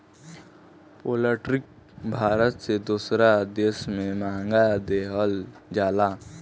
poultry Bharat से दोसर देश में मांस देहल जाला